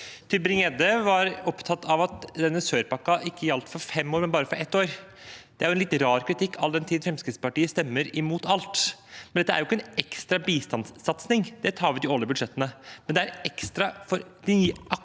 TybringGjedde var opptatt av at denne sør-pakken ikke gjaldt for fem år, men bare for ett år. Det er en litt rar kritikk all den tid Fremskrittspartiet stemmer imot alt. Dette er jo ikke en ekstra bistandssatsing, det tar vi i de årlige budsjettene, men det er ekstra for akkurat